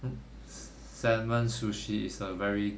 s~ salmon sushi is a very